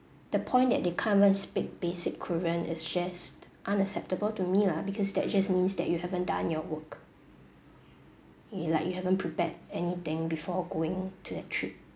the point that they can't even speak basic korean is just unacceptable to me lah because that just means that you haven't done your work you like you haven't prepared anything before going to that trip